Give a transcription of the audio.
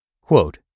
Quote